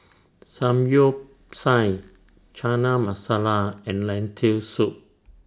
Samgyeopsal Chana Masala and Lentil Soup